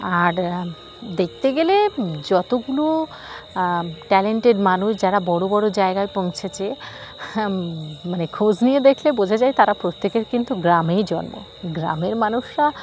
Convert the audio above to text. আর দেখতে গেলে যতগুলো ট্যালেন্টেড মানুষ যারা বড়ো বড়ো জায়গায় পৌঁছেছে মানে খোঁজ নিয়ে দেখলে বোঝা যায় তারা প্রত্যেকের কিন্তু গ্রামেই জন্ম গ্রামের মানুষরা